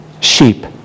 sheep